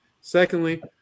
secondly